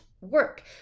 work